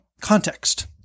Context